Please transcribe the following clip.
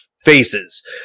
faces